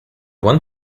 one